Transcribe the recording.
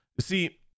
see